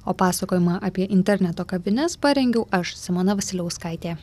o pasakojimą apie interneto kavines parengiau aš simona vasiliauskaitė